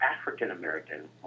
African-American